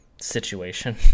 situation